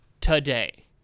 today